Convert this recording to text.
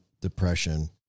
depression